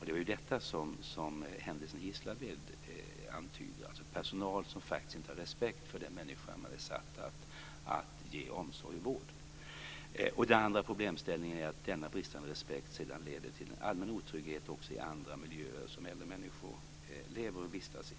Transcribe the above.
Det är detta som händelsen i Gislaved antyder, att personal inte har haft respekt för de människor som de är satta att ge vård och omsorg. Den andra problemställningen är att denna bristande respekt leder till en allmän otrygghet också i andra miljöer som äldre människor lever och vistas i.